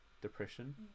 depression